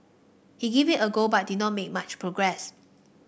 he gave it a go but did not make much progress